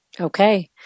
Okay